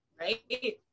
Right